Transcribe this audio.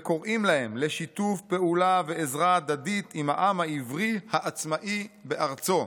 וקוראים להם לשיתוף פעולה ועזרה הדדית עם העם העברי העצמאי בארצו.